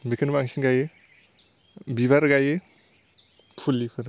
बेखौनो बांसिन गायो बिबार गाइयो फुलिफोर